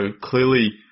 clearly –